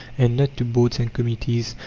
and not to boards and committees,